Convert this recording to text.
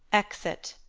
exit